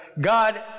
God